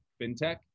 fintech